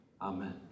Amen